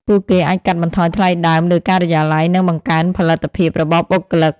ពួកគេអាចកាត់បន្ថយថ្លៃដើមលើការិយាល័យ និងបង្កើនផលិតភាពរបស់បុគ្គលិក។